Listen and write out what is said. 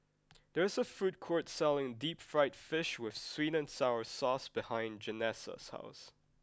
there is a food court selling deep fried fish with sweet and sour sauce behind Janessa's house